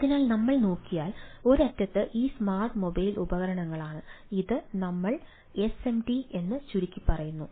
അതിനാൽ നമ്മൾ നോക്കിയാൽ ഒരറ്റത്ത് ഈ സ്മാർട്ട് മൊബൈൽ ഉപകരണങ്ങളാണ് ഇത് ഞങ്ങൾ SMD എന്ന് ചുരുക്കിപ്പറയുന്നു